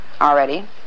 already